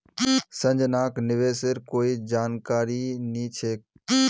संजनाक निवेशेर कोई जानकारी नी छेक